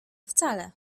wcale